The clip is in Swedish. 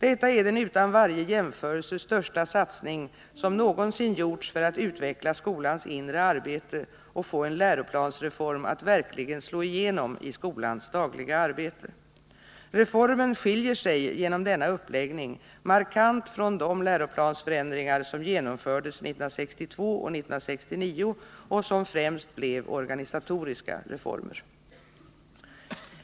Detta är den utan varje jämförelse största satsning som någonsin gjorts för att utveckla skolans inre arbete och få en läroplansreform att verkligen slå igenom i skolans dagliga arbete. Reformen skiljer sig genom denna uppläggning markant från de läroplansförändringar som genomfördes 1962 och 1969 och som främst blev organisatoriska reformer.